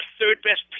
third-best